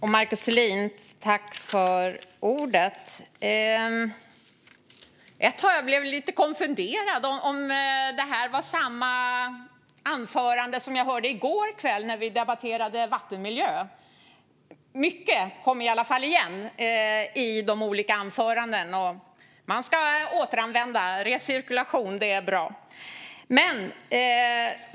Herr talman! Ett tag blev jag lite konfunderad - var detta samma anförande som jag hörde i går kväll när vi debatterade vattenmiljö? Mycket kom i alla fall igen i de olika anförandena. Man ska återanvända; recirkulation är bra!